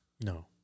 No